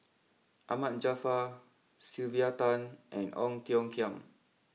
Ahmad Jaafar Sylvia Tan and Ong Tiong Khiam